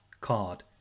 card